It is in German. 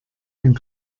ein